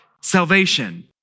salvation